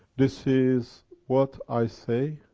this is what i say.